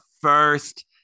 first